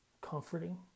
comforting